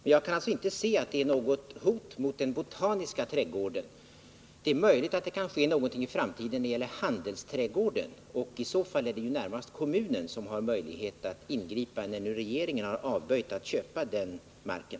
Således kan jag inte se att det är något hot mot den botaniska trädgården. Det är möjligt att det kan ske någonting i framtiden när dei gäller handelsträdgården. I så fall är det närmast kommunen som har möjlighet att ingripa när nu regeringen har avböjt att köpa marken.